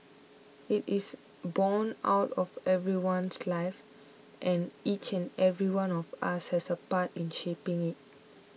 it is borne out of everyone's life and each and every one of us has a part in shaping it